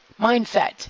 mindset